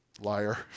Liar